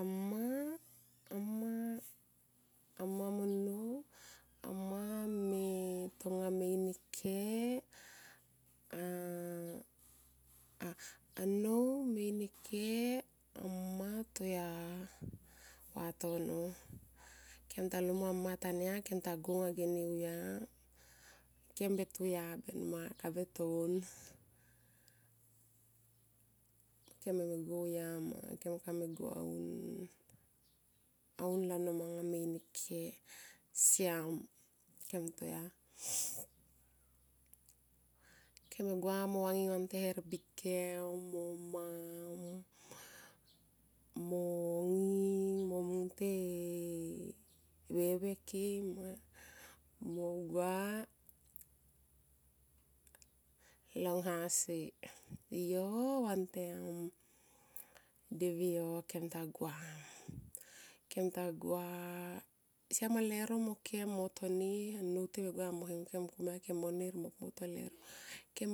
Amma mo nnou amma tonga manga me in eke a nnou me in e ke amma toya narono. Kem ta hungamo amma tania kem ta go anga geni auya kem be toya ben man ka be to un. Kem benie go auya ben man. Kem kame gua aun lano mango me in e ke. Kem me gua mo vanging vantem herbikem mo mam mo nging ti veve kei ma mo gua. Longha si yo vantem devi yo kem ta gua. Kem tagua siama lero annou ti me gua mo him kem kem mo nir mo pu mo to lero